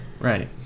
Right